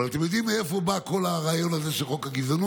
אבל אתם יודעים מאיפה בא כל הרעיון הזה של חוק הגזענות?